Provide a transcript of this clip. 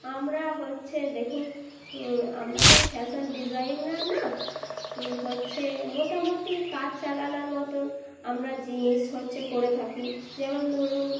আমরা হচ্ছে দেখুন আমরা তো ফ্যাশান ডিজাইনার না হচ্ছে মোটামুটি কাজ চালানোর মতন আমরা জিনিস হচ্ছে করে থাকি যেমন ধরুন